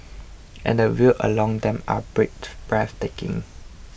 and the views along them are breathtaking